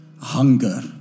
hunger